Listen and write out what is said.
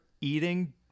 eating